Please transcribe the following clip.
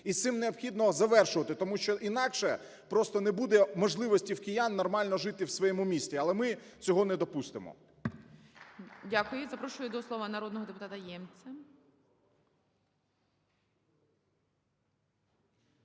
І з цим необхідно завершувати, тому що інакше просто не буде можливості у киян нормально жити в своєму місті. Але ми цього не допустимо. ГОЛОВУЮЧИЙ. Дякую. І запрошую до слова народного депутата Ємця.